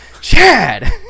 Chad